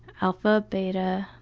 alpha, beta,